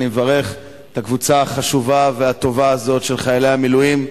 אני מברך את הקבוצה החשובה והטובה הזאת של חיילי המילואים,